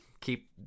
keep